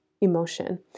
emotion